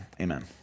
amen